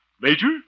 Major